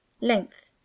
Length